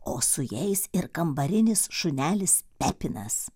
o su jais ir kambarinis šunelis pepinas